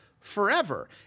forever